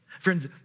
Friends